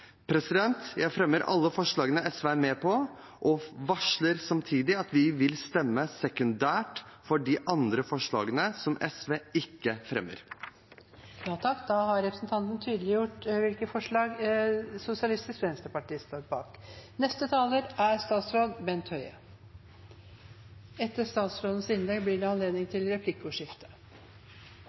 Jeg fremmer alle forslagene SV er med på, og varsler samtidig at vi vil stemme sekundært for de andre forslagene, som SV ikke fremmer. Da har representanten Nicholas Wilkinson fremmet de forslagene han refererte til. Regjeringen er opptatt av å hindre digitalt utenforskap. Flere og bedre digitale løsninger skal bidra til